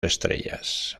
estrellas